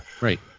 right